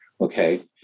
Okay